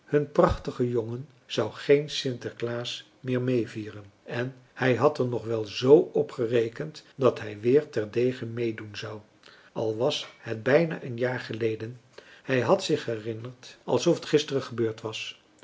hun prachtige jongen zou geen sinterklaas meer meevieren en hij had er nog wel zoo op gerekend dat hij weer terdege meedoen françois haverschmidt familie en kennissen zou al was het bijna een jaar geleden hij had zich herinnerd alsof het gisteren gebeurd was